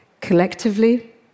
collectively